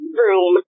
room